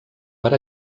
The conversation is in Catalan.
per